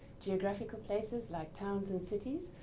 geographical places like towns and cities,